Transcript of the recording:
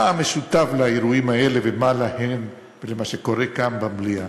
מה המשותף לאירועים האלה ומה להם ולמה שקורה כאן במליאה?